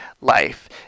life